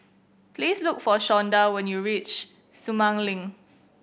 please look for Shawnda when you reach Sumang Link